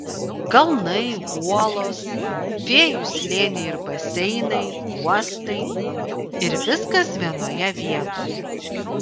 kalnai uolos fėjų slėniai ir baseinai uostai ir viskas vienoje vietoje